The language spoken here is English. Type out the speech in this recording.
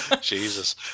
Jesus